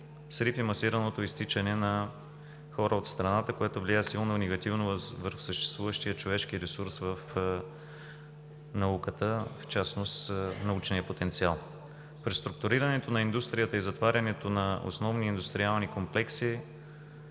срив и масираното изтичане на хора от страната, което влияе силно негативно върху съществуващия човешки ресурс в науката, в частност върху научния потенциал. Преструктурирането на индустрията и затварянето на основни индустриални комплекси